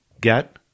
get